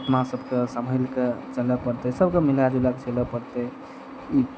अपना सबके सम्हैल कऽ चलए पड़तै सबके मिलए जुलए कए चलऽ पड़तै ई